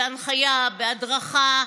בהנחיה, בהדרכה.